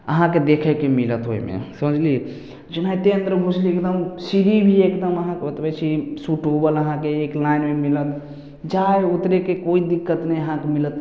अहाँके देखेके मिलत ओहिमे समझलियै जेनाहिते अन्दर घुसबै एकदम सीढ़ी भी एकदम अहाँके बतबै छी सुटोबला अहाँके एक लाइनमे मिलत जाय आ उतरेके कोइ दिक्कत नहि अहाँके मिलत